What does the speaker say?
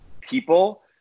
people